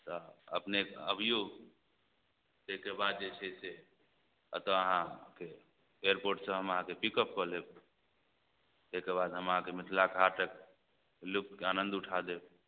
तऽ अपने अबियौ तैके बाद जे छै से एतऽ अहाँके एयरपोर्टसँ हम अहाँके पिकअप कऽ लेब तैके बाद हम अहाँके मिथिलाके हाटक लुत्फके आनन्द उठा देब